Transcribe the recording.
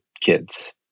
kids